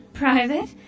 Private